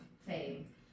fame